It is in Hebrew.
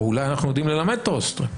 או אולי אנחנו יודעים ללמד את האוסטרים.